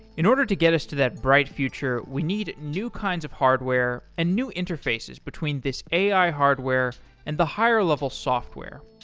in order to get us to that bright future, we need new kinds of hardware and new interfaces between this ai hardware and the higher level software.